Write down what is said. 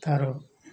ତାର